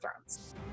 Thrones